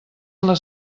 les